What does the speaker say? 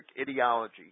ideology